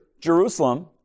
Jerusalem